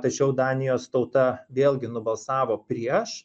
tačiau danijos tauta vėlgi nubalsavo prieš